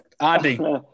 Andy